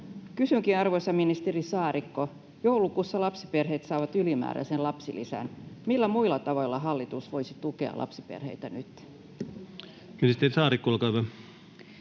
Kysynkin, arvoisa ministeri Saarikko: Joulukuussa lapsiperheet saavat ylimääräisen lapsilisän. Millä muilla tavoilla hallitus voisi tukea lapsiperheitä nyt? [Speech 323] Speaker: